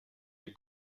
les